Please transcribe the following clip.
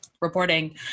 reporting